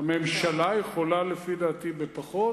הממשלה יכולה, לפי דעתי, בפחות.